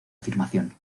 afirmación